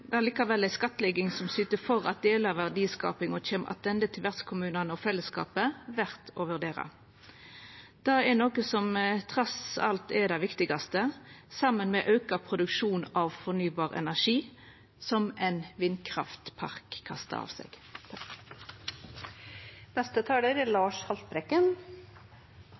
likevel ei skattlegging som syter for at delar av verdiskapinga kjem attende til vertskommunane og fellesskapet, verdt å vurdera. Det er trass i alt det viktigaste, saman med auka produksjon av fornybar energi, som ein vindkraftpark kastar av seg.